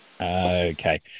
Okay